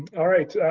all right,